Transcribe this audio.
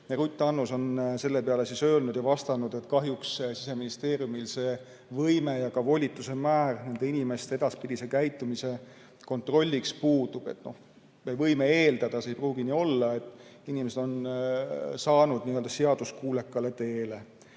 Ruth Annus on selle peale vastanud, et kahjuks Siseministeeriumil see võime ja ka volituste määr nende inimeste edaspidise käitumise kontrolliks puudub. Me võime eeldada, ehkki see ei pruugi nii olla, et inimesed on saanud n-ö seaduskuulekale teele.